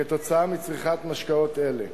כתוצאה מצריכת משקאות אלה.